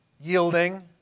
Yielding